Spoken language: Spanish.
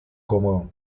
como